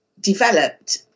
developed